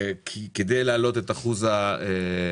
כמו שנאמר כאן, כדי להעלות את אחוז הניצול.